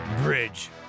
Bridge